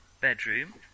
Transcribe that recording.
bedroom